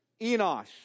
Enosh